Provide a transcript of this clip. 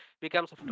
becomes